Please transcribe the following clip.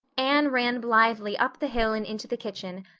anne ran blithely up the hill and into the kitchen,